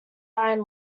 iron